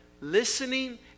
listening